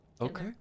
Okay